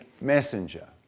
messenger